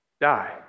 die